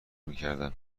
میکردم